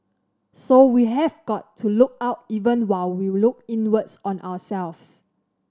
so we have got to look out even while we look inwards on ourselves